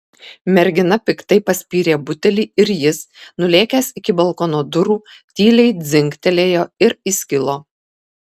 mergina piktai paspyrė butelį ir jis nulėkęs iki balkono durų tyliai dzingtelėjo ir įskilo